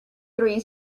three